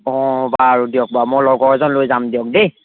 অঁ বাৰু দিয়ক বাৰু মই লগৰ এজন লৈ যাম দিয়ক দেই